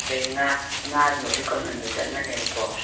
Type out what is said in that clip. ꯑꯗꯒꯤ ꯉꯥ ꯉꯥꯗꯨꯃꯁꯨ ꯀꯪꯍꯟꯕ ꯆꯪꯉꯅꯦꯕꯀꯣ